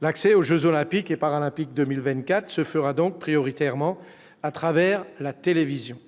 l'accès aux Jeux olympiques et paralympiques 2024 se fera donc prioritairement à travers la télévision,